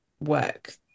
work